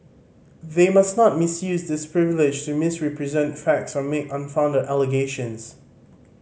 they must not misuse this privilege to misrepresent facts or make unfounded allegations